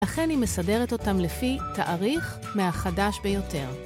לכן היא מסדרת אותם לפי תאריך מהחדש ביותר.